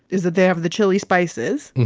it's that they have the chili spices.